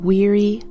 Weary